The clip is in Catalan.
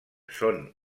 són